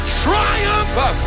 triumph